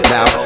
Now